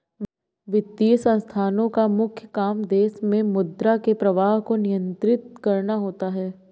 वित्तीय संस्थानोँ का मुख्य काम देश मे मुद्रा के प्रवाह को नियंत्रित करना होता है